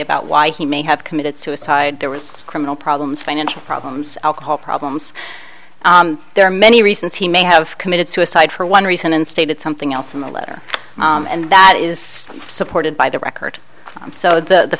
about why he may have committed suicide there was criminal problems financial problems alcohol problems there are many reasons he may have committed suicide for one reason and stated something else in the letter and that is supported by the record so the